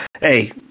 hey